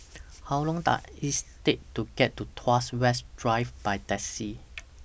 How Long Does IS Take to get to Tuas West Drive By Taxi